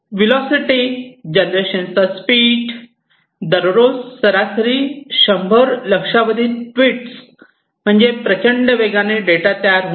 velocity generation चा speed दररोज सरासरी 100 लक्षावधी ट्वीट म्हणजे प्रचंड वेगाने डेटा तयार होणे